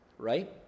right